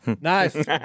Nice